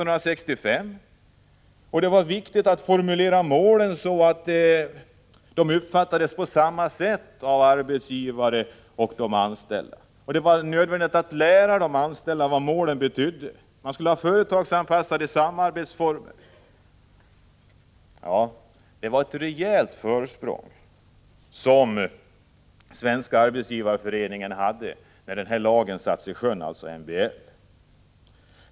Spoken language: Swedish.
Det var viktigt att formulera målen så att de uppfattades på samma sätt av arbetsgivaren och de anställda. Det var nödvändigt att lära de anställda vad målen innebar. Man skulle ha företagsanpassade samarbetsformer. Ja, SAF hade ett rejält försprång när MBL sattes i sjön.